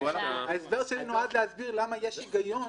ההסבר שלי נועד להסביר למה יש היגיון.